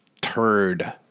turd